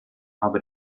aber